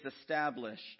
established